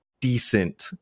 decent